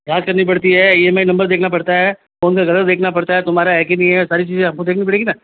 जाँच करनी पड़ती है ई एम आई नम्बर देखना पड़ता है फोन का कलर देखना पड़ता है तुम्हारा है की नहीं है सारी चीज़ें हमको देखनी पड़ेगी ना